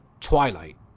Twilight